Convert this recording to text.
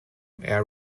air